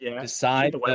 decide